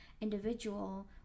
individual